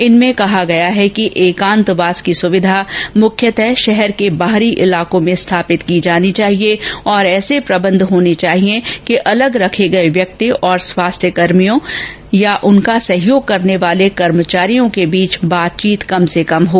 इनमें कहा गया है कि एकांतवास की सुविधा मुख्यतः शहर के बाहरी ईलाकों में स्थापित की जानी चाहिए और ऐसे प्रंबंध होने चाहिए कि अलग रखे गये व्यक्ति और स्वास्थ्य सेवाकर्मियों या उनका सहयोग करने वाले कर्मचारियों के बीच बातचीत कम से कम हो